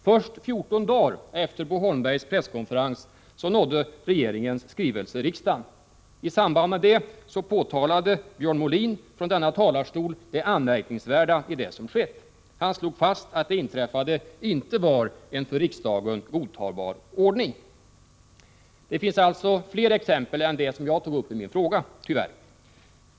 Först 14 dagar efter Bo Holmbergs presskonferens nådde regeringens skrivelse riksdagen. I samband med det påtalade Björn Molin från denna talarstol det anmärkningsvärda i det som hade skett. Han slog fast att det inträffade inte var en för riksdagen godtagbar ordning. Tyvärr finns det alltså fler exempel än det som jag tog upp i min fråga.